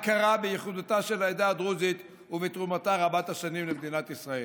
הכרה בייחודיותה של העדה הדרוזית ובתרומתה רבת-השנים למדינת ישראל.